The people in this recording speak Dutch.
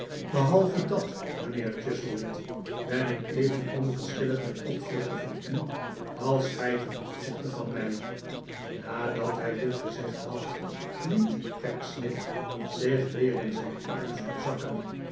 behalve dat mijnheer chuzzlewit ben ik even onverschillig ten opzichte van u t als gij ten opzichte van mij nadat hij dit gezegd had liet pecksniff zich weer in zijn armstoel zakken